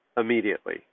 immediately